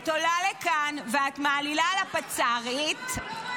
את עולה לכאן ואת מעלילה על הפצ"רית -- אני מאשימה,